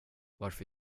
varför